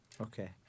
Okay